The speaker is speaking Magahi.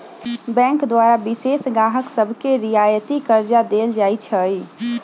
बैंक द्वारा विशेष गाहक सभके रियायती करजा देल जाइ छइ